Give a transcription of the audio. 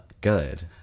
good